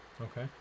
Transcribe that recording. Okay